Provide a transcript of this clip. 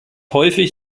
häufig